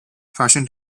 fashion